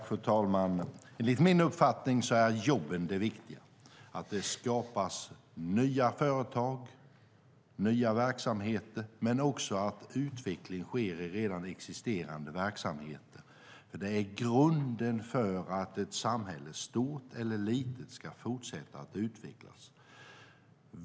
Fru talman! Enligt min uppfattning är jobben det viktiga. Det handlar om att det skapas nya företag och nya verksamheter men också om att utveckling sker i redan existerande verksamheter. Det är grunden för att ett samhälle, stort eller litet, ska fortsätta att utvecklas.